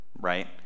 right